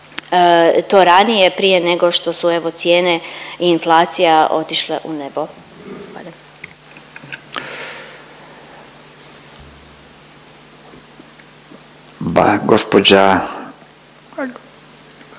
to ranije prije nego što su evo cijene i inflacija otišle u nebo. **Radin,